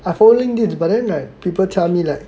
I following this but then like people tell me like